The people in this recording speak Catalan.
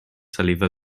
saliva